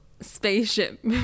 Spaceship